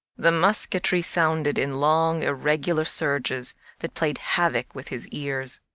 the musketry sounded in long irregular surges that played havoc with his ears.